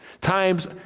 Times